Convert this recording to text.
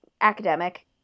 academic